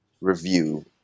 review